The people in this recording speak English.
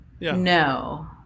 No